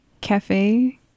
cafe